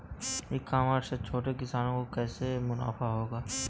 ई commerce से छोटे किसानों को कैसे मुनाफा होगा?